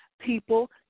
people